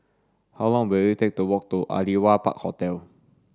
how long will it take to walk to Aliwal Park Hotel